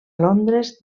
londres